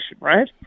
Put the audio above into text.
right